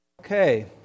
Okay